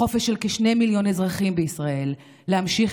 החופש של כשני מיליון אזרחים בישראל להמשיך